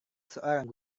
seorang